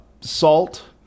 Salt